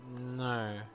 No